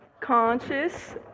conscious